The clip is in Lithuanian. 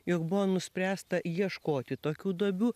jog buvo nuspręsta ieškoti tokių duobių